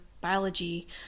biology